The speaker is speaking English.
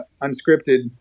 unscripted